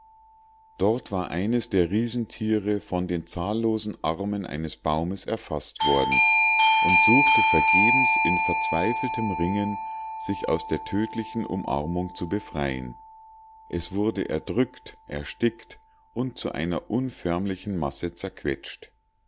dort war eines der riesentiere von den zahllosen armen eines baumes erfaßt worden und suchte vergebens in verzweifeltem ringen sich aus der tödlichen umarmung zu befreien es wurde erdrückt erstickt und zu einer unförmlichen masse zerquetscht